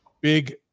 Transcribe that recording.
Big